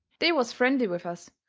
they was friendly with us,